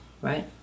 Right